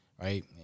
Right